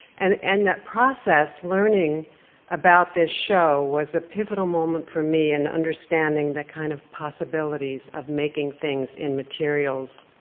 and and that process, learning about this show, was a pivotal moment for me in understanding the kind of possibilities of making things in materials,